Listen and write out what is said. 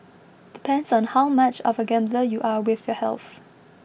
depends on how much of a gambler you are with your health